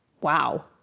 Wow